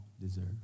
deserve